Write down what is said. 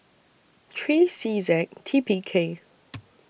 three C Z T P K